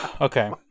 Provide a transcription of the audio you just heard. Okay